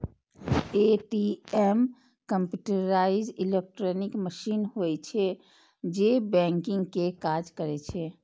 ATM computerised electronic machine होइ छै, जे बैंकिंग के काज करै छै